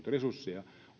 resursseja